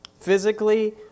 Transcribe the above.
physically